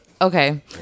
okay